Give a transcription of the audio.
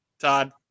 Todd